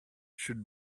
should